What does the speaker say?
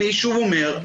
אני שוב אומר,